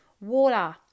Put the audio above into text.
water